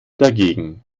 dagegen